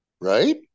right